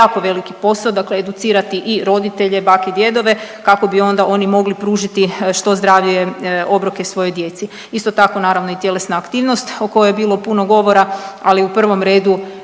jako veliki posao dakle educirati i roditelje, bake i djedove kako bi onda oni mogli pružiti što zdravije obroke svojoj djeci. Isto tako naravno i tjelesna aktivnost o kojoj je bilo puno govora, ali u prvom redu